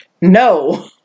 No